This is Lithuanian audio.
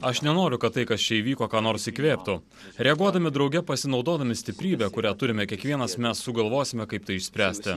aš nenoriu kad tai kas čia įvyko ką nors įkvėptų reaguodami drauge pasinaudodami stiprybe kurią turime kiekvienas mes sugalvosime kaip tai išspręsti